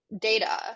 data